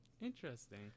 Interesting